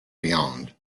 beyond